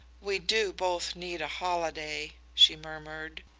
we do both need a holiday, she murmured.